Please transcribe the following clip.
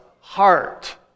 Heart